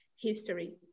history